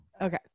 Okay